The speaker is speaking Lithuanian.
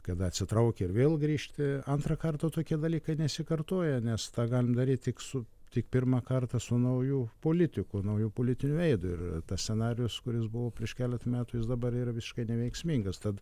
kada atsitrauki ir vėl grįžti antrą kartą tokie dalykai nesikartoja nes tą galim daryt tik su tik pirmą kartą su nauju politiku nauju politiniu veidu ir tas scenarijus kuris buvo prieš keletą metų jis dabar yra visiškai neveiksmingas tad